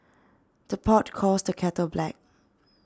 the pot calls the kettle black